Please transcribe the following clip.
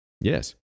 Yes